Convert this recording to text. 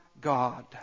God